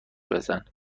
بزن